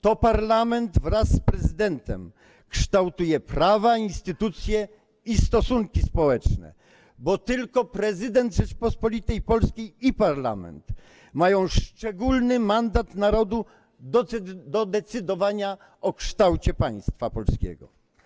To parlament wraz z prezydentem kształtuje prawa, instytucje i stosunki społeczne, bo tylko prezydent Rzeczypospolitej Polskiej i parlament mają szczególny mandat narodu do decydowania o kształcie państwa polskiego.